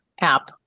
app